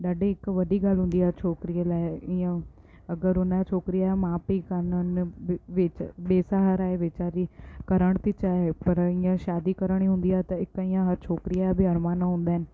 ॾाढी हिकु वॾी ॻाल्हि हूंदी आहे छोकिरीअ लाइ ईअं अगरि उन छोकिरीअ जा माउ पीउ कोन आहिनि बेसहारा आहे वीचारी करण थी चाहे पर ईअं शादी करिणी हूंदी आहे त हिकु ईअं छोकिरीअ जा बि अरमान हूंदा आहिनि